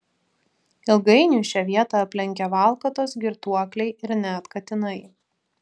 ilgainiui šią vietą aplenkia valkatos girtuokliai ir net katinai